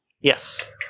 Yes